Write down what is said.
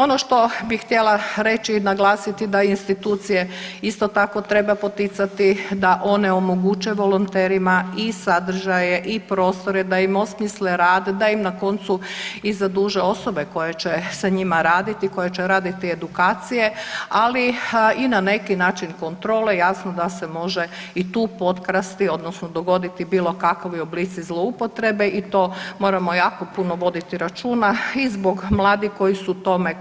Ono što bih htjela reći i naglasiti da institucije isto tako, treba poticati da one omoguće volonterima i sadržaje i prostore, da im osmisle rad, da im na koncu i zaduže osobe koje će sa njima raditi, koje će raditi edukacije, ali i na neki način kontrole, jasno, da se može i tu potkrasti odnosno dogoditi bilo kakvi oblici zloupotrebe i to moramo jako puno voditi računa i zbog mladih koji su tome,